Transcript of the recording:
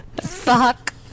Fuck